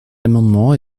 amendement